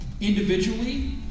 individually